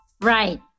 Right